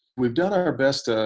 we've done our best, ah